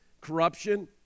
corruption